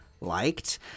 liked